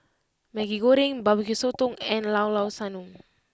Maggi Goreng Bbq Sotong and Llao Llao Sanum